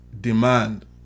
demand